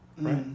Right